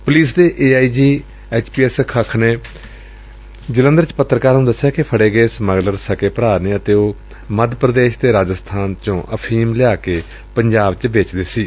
police ਦੇ A I G H P S Khakh ਨੇ ਜਲੰਧਰ ਚ ਪੱਤਰਕਾਰਾਂ ਨੂੰ ਦਸਿਆ ਕਿ ਫੜੇ ਗਏ ਸਮਗਲਰ ਸਾਕੇ ਭਰਾ ਨੇ ਅਤੇ ਉਹ ਮੱਧ ਪ੍ਰਦੇਸ਼ ਤੇ ਰਾਜਸਬਾਨ ਚੋ ਅਫੀਮ ਲਿਆ ਕੇ ਪੰਜਾਬ ਚ ਵੇਚਦੇ ਸਨ